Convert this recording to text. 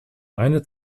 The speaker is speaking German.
eine